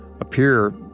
appear